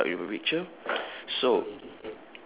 ya we start with a picture so